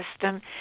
system